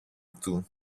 του